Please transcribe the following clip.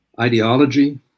ideology